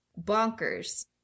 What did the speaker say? Bonkers